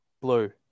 Blue